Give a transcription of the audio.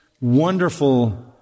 wonderful